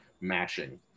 mashing